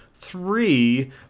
three